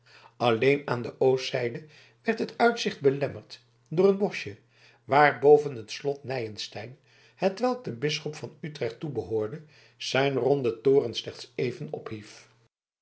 alleen aan de oostzijde werd het uitzicht belemmerd door een boschje waarboven het slot nyenstein hetwelk den bisschop van utrecht toebehoorde zijn ronden toren slechts even ophief